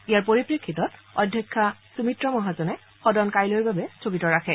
ইয়াৰ পৰিপ্ৰেক্ষিতত অধ্যক্ষা সুমিত্ৰা মহাজনে সদন কালিলৈ স্থগিত ৰাখে